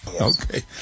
Okay